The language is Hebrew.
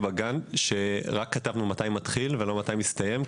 בגאנט שכתבנו מתי מתחיל ולא כתבנו מתי מסתיים.